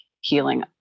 healing